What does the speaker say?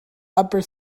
upper